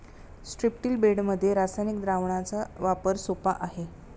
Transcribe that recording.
स्ट्रिप्टील बेडमध्ये रासायनिक द्रावणाचा वापर सोपा आहे